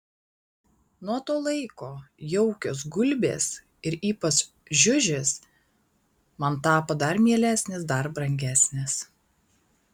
nuo to laiko jaukios gulbės ir ypač žiužis man tapo dar mielesnis dar brangesnis